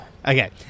Okay